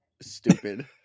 stupid